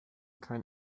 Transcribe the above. kein